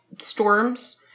storms